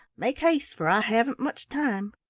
make haste, for i haven't much time.